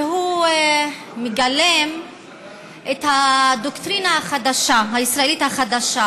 והוא מגלם את הדוקטרינה הישראלית החדשה: